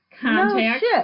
contact